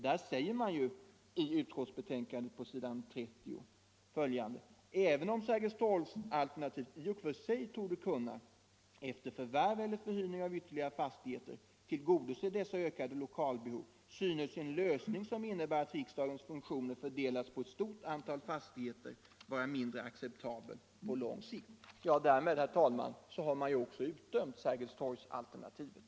Där säger man i utskottsbetänkandet på s. 30: ”Även om Sergelstorgsalternativet i och för sig torde kunna — efter förvärv eller förhyrning av ytterligare fastigheter — tillgodose dessa ökade lokalbehov synes en lösning som innebär att riksdagens funktioner fördelas på ett stort antal fastigheter vara mindre acceptabel på lång sikt.” Därmed har man också utdömt Sergelstorgsalternativet.